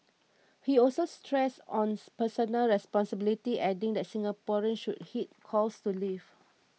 he also stressed on personal responsibility adding that Singaporeans should heed calls to leave